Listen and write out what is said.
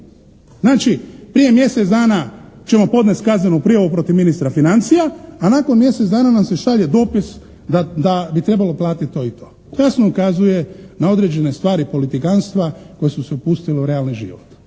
Znači prije mjesec dana ćemo podnijeti kaznenu prijavu protiv ministra financija a nakon mjesec dana nam se šalje dopis da bi trebalo platiti to i to. Jasno ukazuje na određene stvari politikanstva koje su se upustile u realni život.